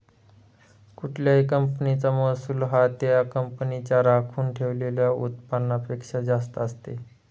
कुठल्याही कंपनीचा महसूल हा त्या कंपनीच्या राखून ठेवलेल्या उत्पन्नापेक्षा जास्त असते